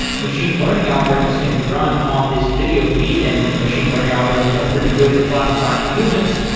machine learning algorithms can be run on this video feed and machine learning algorithms are pretty good at classifying humans,